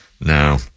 No